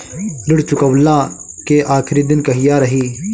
ऋण चुकव्ला के आखिरी दिन कहिया रही?